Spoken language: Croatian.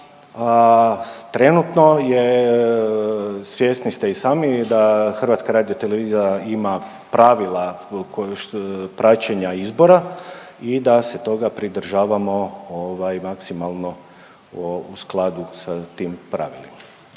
trenutno je, svjesni ste i sami da HRT ima pravila praćenja izbora i da se toga pridržavamo ovaj maksimalno u skladu sa tim pravilima.